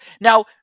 Now